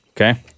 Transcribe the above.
Okay